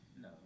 No